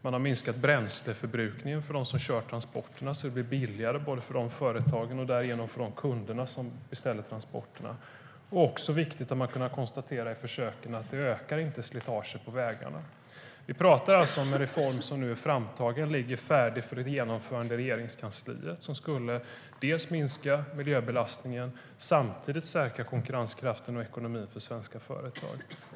Man har minskat bränsleförbrukningen för dem som kör transporterna, så att det blir billigare för företagen och därigenom för de kunder som beställer transporterna. En annan viktig sak är att man i försöken har kunnat konstatera att detta inte ökar slitaget på vägarna. Vi pratar om en reform som är framtagen och ligger färdig för genomförande i Regeringskansliet. Den skulle minska miljöbelastningen och samtidigt säkra konkurrenskraften och ekonomin för svenska företag.